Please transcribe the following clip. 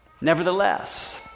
Nevertheless